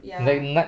ya